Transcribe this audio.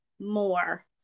more